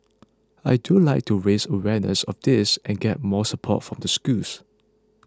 I do like to raise awareness of this and get more support from the schools